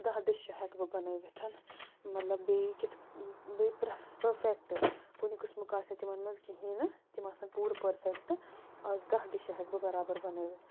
دَہ ڈشہٕ ہیٚکہٕ بہٕ بنٲوِتھ مطلب بیٚیہِ کِتھ بیٚیہِ پٔرفٮ۪کٹ کُنہِ قٕسمُک آسہِ نہٕ تِمن منٛز کِہیٖنۍ نہٕ تِمن آسن پورٕ پٔرفیٚکٹ آز دَہ ڈشہٕ ہیٚکہٕ بہٕ بَرابر بٲوِتھ